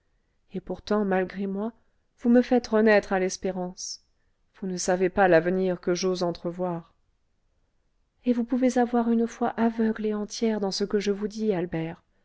et pourtant malgré moi vous me faites renaître à l'espérance vous ne savez pas l'avenir que j'ose entrevoir et vous pouvez avoir une foi aveugle et entière dans ce que je vous dis albert